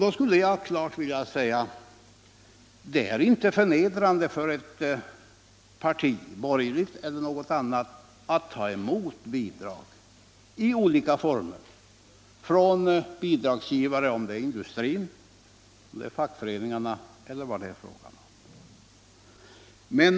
Jag vill då klart uttala att det inte är förnedrande för ett parti — borgerligt eller icke — att ta emot bidrag i olika former från bidragsgivare, oavsett om det är från industrin, från fackföreningarna eller från vilka det nu kan vara.